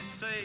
say